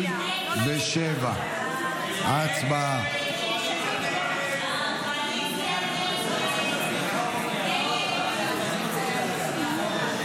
67. הצבעה.